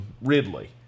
Ridley